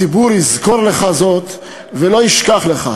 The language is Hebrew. הציבור יזכור לך זאת ולא ישכח לך.